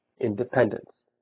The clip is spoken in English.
independence